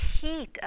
heat